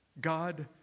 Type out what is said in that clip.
god